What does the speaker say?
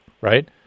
right